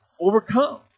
overcome